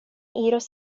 iros